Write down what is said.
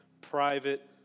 private